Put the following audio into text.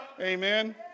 Amen